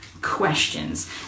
questions